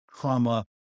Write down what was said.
trauma